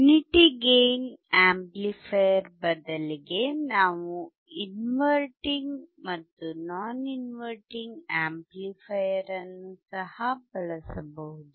unity gain amplifier ಬದಲಿಗೆ ನಾವು inverting ಮತ್ತು ನಾನ್ ಇನ್ವರ್ಟಿಂಗ್ ಆಂಪ್ಲಿಫೈಯರ್ ಅನ್ನು ಸಹ ಬಳಸಬಹುದು